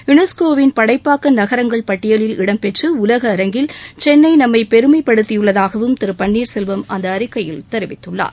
யுனேஸ்கோவின் படைப்பாக்க நகரங்கள் பட்டியலில் இடம் பெற்று உலக அரங்கில் சென்னை நம்மை பெருமைப்படுத்தியுள்ளதாகவும் திரு பன்னீர் செல்வம் அந்த அறிக்கையில் தெரிவித்துள்ளார்